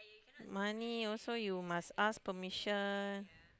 money also you must ask permission